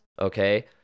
okay